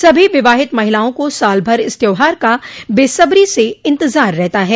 सभी विवाहित महिलाओं को साल भर इस त्यौहार का बेसब्री से इंतजार रहता है